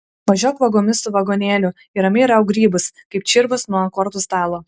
važiuok vagomis su vagonėliu ir ramiai rauk grybus kaip čirvus nuo kortų stalo